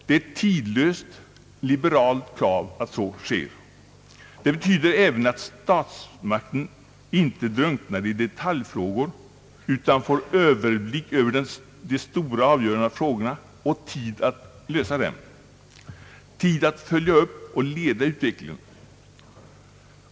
Det är ett tidlöst, liberalt krav att så sker. Det betyder även att statsmakten inte drunknar i detaljfrågor utan får överblick över de stora avgörande frågorna och tid att lösa dem, tid att följa upp och leda utvecklingen.